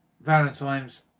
Valentine's